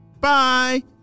Bye